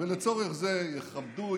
ולצורך זה יכבדו,